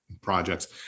projects